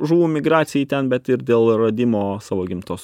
žuvų migracijai ten bet ir dėl radimo savo gimtos